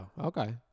okay